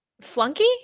Flunky